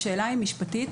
השאלה היא משפטית.